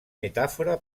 metàfora